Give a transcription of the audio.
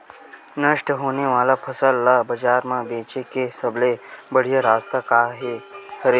नष्ट होने वाला फसल ला बाजार मा बेचे के सबले बढ़िया रास्ता का हरे?